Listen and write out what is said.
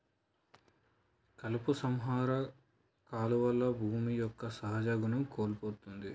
కలుపు సంహార కాలువల్ల భూమి యొక్క సహజ గుణం కోల్పోతుంది